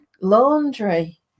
laundry